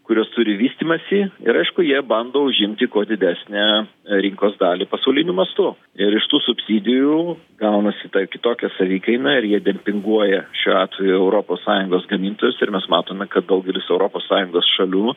kurios turi vystymąsi ir aišku jie bando užimti kuo didesnę rinkos dalį pasauliniu mastu ir iš tų subsidijų gaunasi ta kitokia savikaina ir jie dempinguoja šiuo atveju europos sąjungos gamintojus ir mes matome kad daugelis europos sąjungos šalių